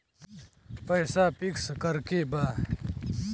पैसा पिक्स करके बा?